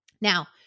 Now